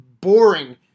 boring